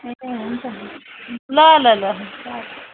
ए हुन्छ ल ल ल